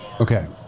Okay